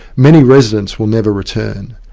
many residents will never return,